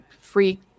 free